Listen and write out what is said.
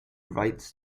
writes